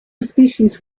species